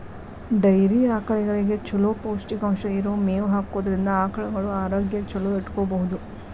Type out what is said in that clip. dairy ಆಕಳಗಳಿಗೆ ಚೊಲೋ ಪೌಷ್ಟಿಕಾಂಶ ಇರೋ ಮೇವ್ ಹಾಕೋದ್ರಿಂದ ಆಕಳುಗಳ ಆರೋಗ್ಯ ಚೊಲೋ ಇಟ್ಕೋಬಹುದು